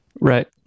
Right